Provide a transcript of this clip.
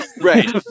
right